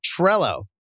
Trello